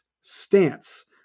stance